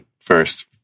first